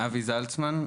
אבי זלצמן,